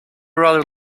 rather